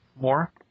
more